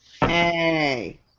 Hey